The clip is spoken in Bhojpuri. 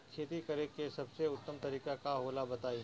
खेती करे के सबसे उत्तम तरीका का होला बताई?